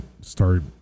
start